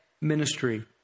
ministry